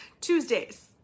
tuesdays